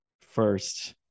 first